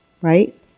Right